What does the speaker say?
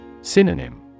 Synonym